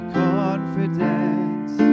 confidence